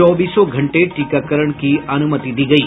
चौबीस घंटे टीकाकरण की अनुमति दी गयी